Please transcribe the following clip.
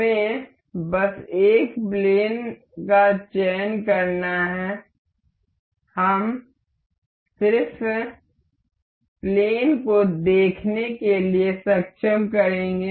हमें बस एक प्लेन का चयन करना है हम सिर्फ प्लेन को देखने के लिए सक्षम करेंगे